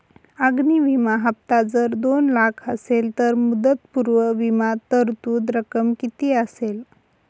अग्नि विमा हफ्ता जर दोन लाख असेल तर मुदतपूर्व विमा तरतूद रक्कम किती असेल?